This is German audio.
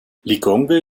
lilongwe